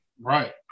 Right